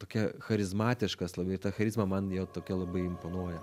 tokia charizmatiškas labai ta charizma man jo tokia labai imponuoja